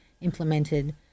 implemented